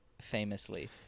famously